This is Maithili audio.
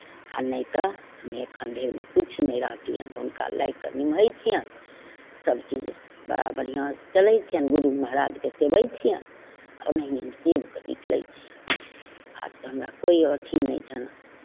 आ नहि तऽ हम एखन धरिमे किछु नहि रहितियनि रहए हुनका लागि कऽ निमहै छियनि सभचीज बड़ा बढ़िआँसँ चलै छनि गुरू महाराजकेँ सेवैत छियनि आ ओनहिए हम सेवि कऽ निकलै छियनि आर तऽ हमरा कोइ अथी नहि छनि